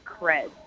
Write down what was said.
cred